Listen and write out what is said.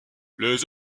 les